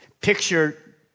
picture